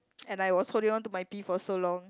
and I was holding on to my pee for so long